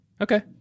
Okay